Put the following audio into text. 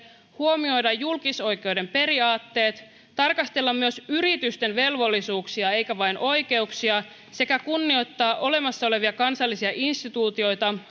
huomioida julkisoikeuden periaatteet tarkastella myös yritysten velvollisuuksia eikä vain oikeuksia sekä kunnioittaa olemassa olevia kansallisia instituutioita